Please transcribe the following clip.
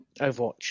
Overwatch